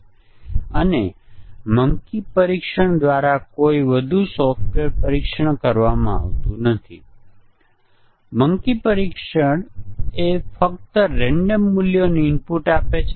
લગભગ કોઈ ભૂલો નથી પરંતુ પછી જ્યારે આપણે બે મોડ્યુલોને એકસાથે મૂકીએ છીએ ત્યારે ઇન્ટરફેસમાં ભૂલો ભી થઈ શકે છે